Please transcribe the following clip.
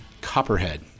Copperhead